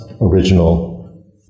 original